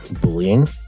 bullying